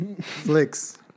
Flicks